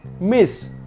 miss